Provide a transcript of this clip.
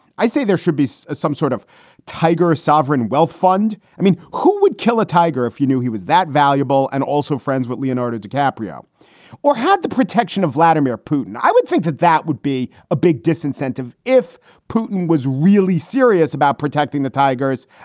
i say there should be so some sort of tiger, a sovereign wealth fund. i mean, who would kill a tiger if you knew he was that valuable and also friends with leonardo dicaprio or had the protection of vladimir putin? i would think that that would be a big disincentive if putin was really serious about protecting the tigers.